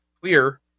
clear